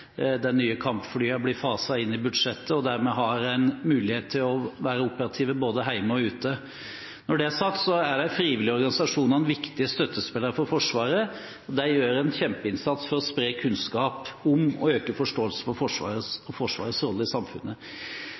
den operative evnen, der vi sørger for at de nye kampflyene blir faset inn i budsjettet, og der vi har en mulighet til å være operative både hjemme og ute. Når det er sagt, er de frivillige organisasjonene viktige støttespillere for Forsvaret. De gjør en kjempeinnsats for å spre kunnskap om og øke forståelsen for Forsvaret og Forsvarets rolle i samfunnet.